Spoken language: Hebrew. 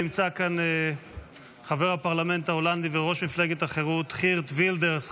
נמצא כאן חבר הפרלמנט ההולנדי וראש מפלגת החירות חרט וילדרס,